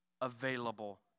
available